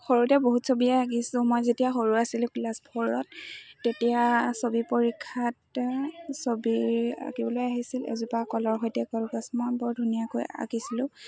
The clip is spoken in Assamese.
সৰুতে বহুত ছবিয়েই আঁকিছোঁ মই যেতিয়া সৰু আছিলোঁ ক্লাছ ফ'ৰত তেতিয়া ছবি পৰীক্ষাত ছবিিৰ আঁকিবলৈ আহিছিল এজোপা কলৰ সৈতে কলগজ মই বৰ ধুনীয়াকৈ আঁকিছিলোঁ